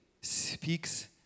speaks